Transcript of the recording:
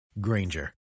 Granger